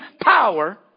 power